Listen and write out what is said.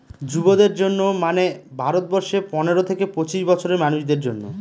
যুবদের জন্য মানে ভারত বর্ষে পনেরো থেকে পঁচিশ বছরের মানুষদের জন্য